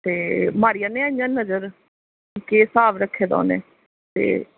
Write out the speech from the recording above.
ते मारी आने आं इ'यां नज़र केह् स्हाब रक्खे दा उ'नें केह्